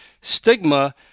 stigma